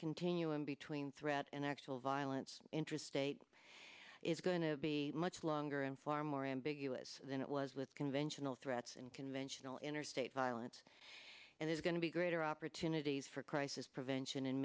continuum between threat and actual violence intrastate is going to be much longer and far more ambiguous than it was with conventional threats and conventional interstate violence and it's going to be greater opportunities for crisis prevention and